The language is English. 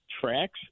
tracks